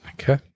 Okay